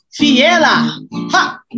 Fiela